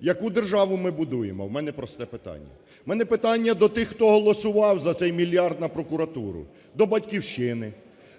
Яку державу ми будуємо, в мене просте питання. В мене питання до тих, хто голосував за цей мільярд на прокуратуру, до "Батьківщини",